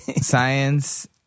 science